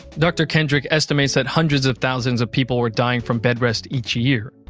dr. kendrick estimates that hundreds of thousands of people were dying from bed rest each year,